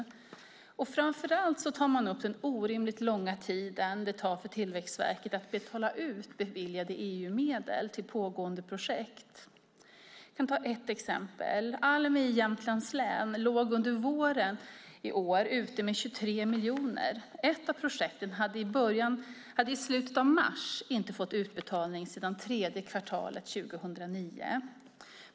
Man tar framför allt upp den orimligt långa tid som det tar för Tillväxtverket att betala ut beviljade EU-medel till pågående projekt. Jag kan ta ett exempel. Almi i Jämtlands län låg under våren i år ute med 23 miljoner. Ett av projekten hade i slutet av mars inte fått någon utbetalning sedan det tredje kvartalet 2009.